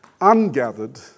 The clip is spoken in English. ungathered